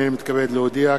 הנני מתכבד להודיע,